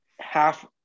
half